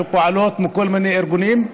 כל מיני ארגונים,